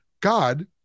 God